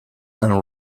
and